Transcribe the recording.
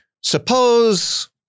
Suppose